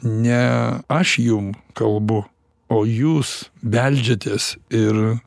ne aš jum kalbu o jūs beldžiatės ir